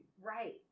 Right